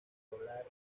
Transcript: controlar